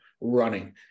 Running